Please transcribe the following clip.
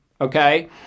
Okay